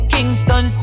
Kingston